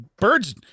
Birds